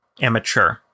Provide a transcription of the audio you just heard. amateur